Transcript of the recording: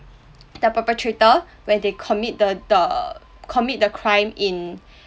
the perpetrator where they commit the the commit the crime in